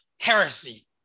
heresy